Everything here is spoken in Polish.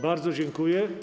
Bardzo dziękuję.